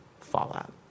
fallout